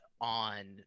on